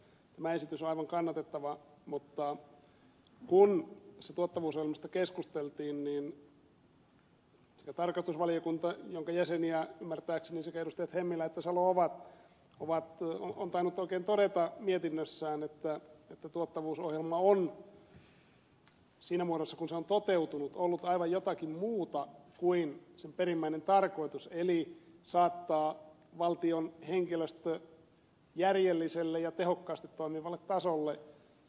tämä esitys on aivan kannatettava mutta kun tästä tuottavuusohjelmasta keskusteltiin niin tarkastusvaliokunta jonka jäseniä ymmärtääkseni sekä edustajat hemmilä että salo ovat on tainnut oikein todeta mietinnössään että tuottavuusohjelma on siinä muodossa kuin se on toteutunut ollut aivan jotakin muuta kuin sen perimmäinen tarkoitus eli saattaa valtion henkilöstö järjelliselle ja tehokkaasti toimivalle tasolle